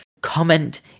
Comment